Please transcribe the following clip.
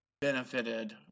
benefited